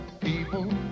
people